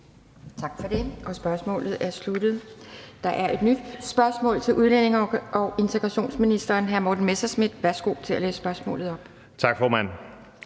Tak for det. Spørgsmålet er sluttet. Der er et nyt spørgsmål til udlændinge- og integrationsministeren fra hr. Morten Messerschmidt. Kl. 17:40 Spm. nr.